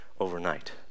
overnight